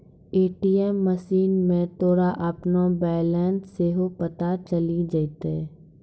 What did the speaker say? ATM मशीनो मे तोरा अपनो बैलेंस सेहो पता चलि जैतै